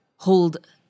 Hold